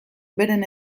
beren